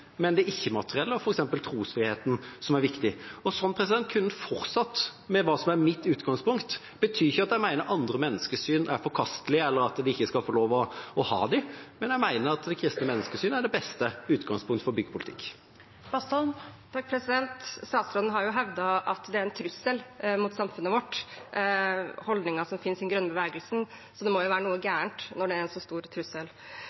men det ikke-materielle, f.eks. trosfriheten, er viktig. Slik kunne en ha fortsatt. Det som er mitt utgangspunkt, betyr imidlertid ikke at jeg mener at andre menneskesyn er forkastelige, eller at man ikke skal få lov til å ha dem, men jeg mener at det kristne menneskesynet er det beste utgangspunktet for å bygge politikk. Une Bastholm – til oppfølgingsspørsmål. Statsråden har jo hevdet at holdninger som finnes i den grønne bevegelsen, er en trussel mot samfunnet vårt. Så det må jo være noe galt når det er en så stor trussel.